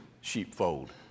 sheepfold